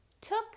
took